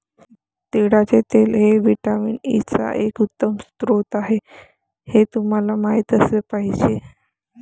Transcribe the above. तिळाचे तेल हे व्हिटॅमिन ई चा एक उत्तम स्रोत आहे हे तुम्हाला माहित असले पाहिजे